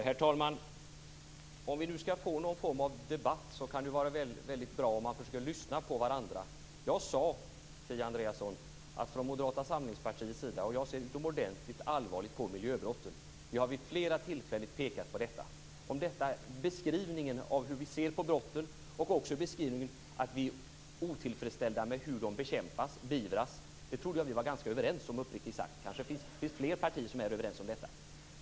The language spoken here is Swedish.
Herr talman! Om vi nu skall få någon form av debatt kan det vara bra om man försöker lyssna på varandra. Jag sade, Kia Andreasson, att vi från Moderata samlingspartiets sida ser utomordentligt allvarligt på miljöbrotten. Vi har vid flera tillfällen pekat på detta. Om detta - beskrivningen av hur vi ser på brotten och också att vi är otillfredsställda med hur de bekämpas och beivras - trodde jag uppriktigt sagt att vi var ganska överens. Kanske finns det fler partier som är överens om detta.